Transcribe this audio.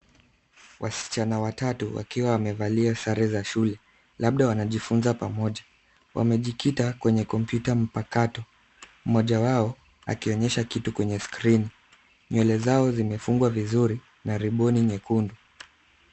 Wasichana watatu wakiwa wamevalia sare za shule, labda wanajifunza pamoja. Wamejikita kwenye kompyuta mpakato, mmoja wao akionyesha kitu kwenye skirini. Nywele zao zimefungwa vizuri na ribbon nyekundu.